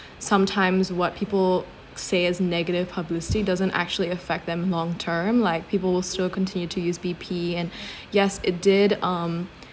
sometimes what people say as negative publicity doesn't actually affect them long term like people will still continue to use B_P and yes it did um